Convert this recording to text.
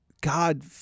God